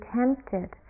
tempted